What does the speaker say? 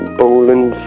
bowling